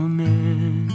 Amen